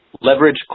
Leverage